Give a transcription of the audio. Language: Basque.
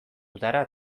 udara